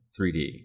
3D